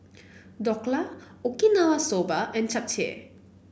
Dhokla Okinawa Soba and Japchae